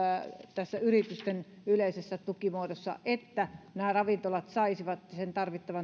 yritysten yleisessä tukimuodossa niin että nämä ravintolat saisivat sen tarvittavan